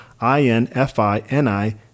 I-N-F-I-N-I